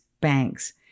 banks